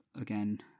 again